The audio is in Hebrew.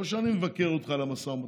לא שאני מבקר אותך על המשא ומתן,